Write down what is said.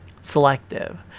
selective